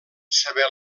saber